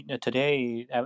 today